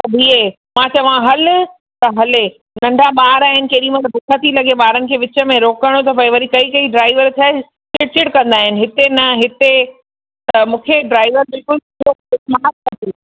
त बीहे मां चवां हल त हले नंढा ॿार आहिनि केॾी महिल बुख थी लॻे ॿारनि खे विच में रोकिणो थो पिए वरी कोई कोई ड्राइवर छा आहे चिड़ चिड़ कंदा आहिनि हिते न हिते त मूंखे ड्राइवर बिल्कुलु फ़स्ट क्लास खपे